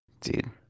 Dude